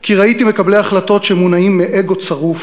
כי ראיתי מקבלי החלטות שמונעים מאגו צרוף,